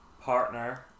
partner